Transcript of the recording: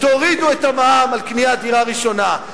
תורידו את המע"מ על קניית דירה ראשונה.